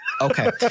Okay